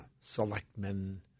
Selectmen